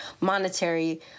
monetary